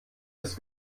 ist